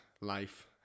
life